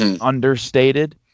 understated